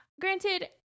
Granted